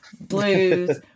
blues